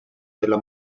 della